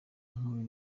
nkuru